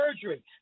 surgery